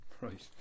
Right